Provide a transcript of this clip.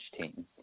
team